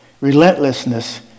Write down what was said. relentlessness